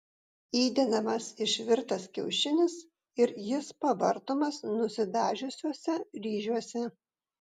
įdedamas išvirtas kiaušinis ir jis pavartomas nusidažiusiuose ryžiuose